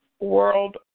world